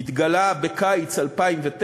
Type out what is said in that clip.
התגלה בקיץ 2009,